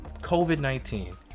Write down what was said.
COVID-19